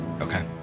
Okay